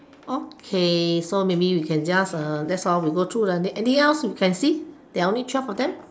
okay so maybe we can just uh that's all we go through the anything else you can see there are only twelve of them